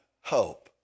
hope